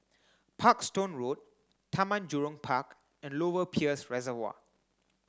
Parkstone Road Taman Jurong Park and Lower Peirce Reservoir